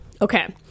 Okay